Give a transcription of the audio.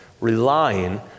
relying